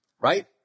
right